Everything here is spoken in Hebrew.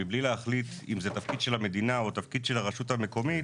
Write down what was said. מבלי להחליט אם זה תפקיד של המדינה או תפקיד של הרשות המקומית,